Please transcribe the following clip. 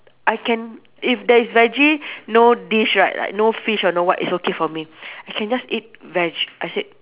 I can if there is veggie no dish right like no fish or no what it's okay for me I can just eat veg I said